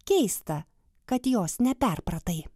keista kad jos neperpratai